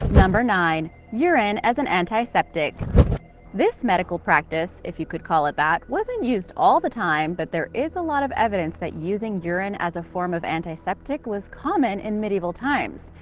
nine. urine as an antiseptic this medical practice if you could call it that wasn't used all the time, but there is a lot of evidence that using urine as a form of antiseptic was common in medieval times.